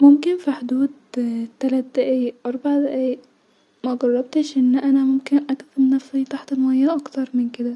ممكن في حدود تلات دقايق اربع دقايقم مجربتش ان انا اكتم- نفسي-تحت الميه اكتر من كده